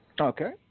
Okay